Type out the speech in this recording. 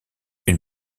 une